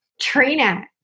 trina